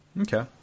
Okay